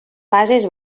fases